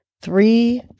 three